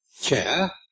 chair